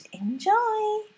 enjoy